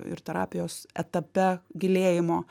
ir terapijos etape gilėjimo